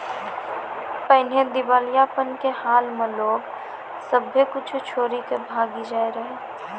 पहिने दिबालियापन के हाल मे लोग सभ्भे कुछो छोरी के भागी जाय रहै